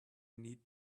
need